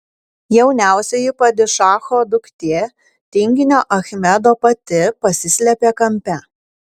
jauniausioji padišacho duktė tinginio achmedo pati pasislėpė kampe